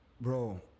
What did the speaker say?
Bro